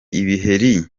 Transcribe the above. ibiheri